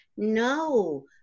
No